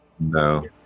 No